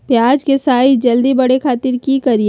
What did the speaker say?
प्याज के साइज जल्दी बड़े खातिर की करियय?